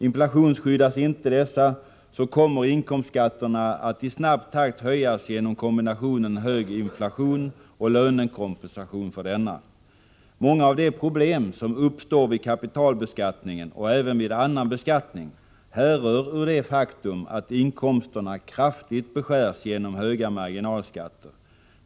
Inflationsskyddas inte dessa kommer inkomstskatterna att i snabb takt höjas genom kombinationen av hög inflation och lönekompensation för denna. Många av de problem som uppstår vid kapitalbeskattningen och även vid annan beskattning härrör ur det faktum att inkomsterna kraftigt beskärs genom höga marginalskatter.